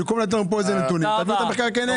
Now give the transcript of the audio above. במקום לתת פה נתונים, תביאו את המחקר כנגד.